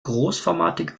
großformatige